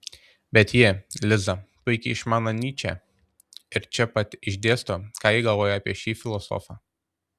bet ji liza puikiai išmano nyčę ir čia pat išdėsto ką ji galvoja apie šį filosofą